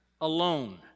alone